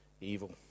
evil